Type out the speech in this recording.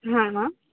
हा हा